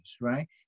Right